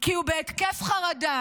כי הוא בהתקף חרדה,